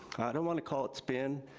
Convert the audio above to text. i don't wanna call it spin,